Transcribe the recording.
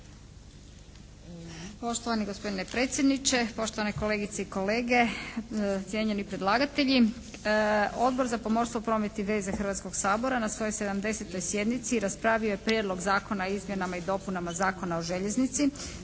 Poštovani gospodine predsjedniče, poštovane kolegice i kolege, cijenjeni predlagatelji. Odbor za pomorstvo, promet i veze Hrvatskoga sabora na svojoj 70. sjednici raspravio je Prijedlog zakona o izmjenama i dopunama Zakona o željeznici,